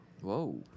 Whoa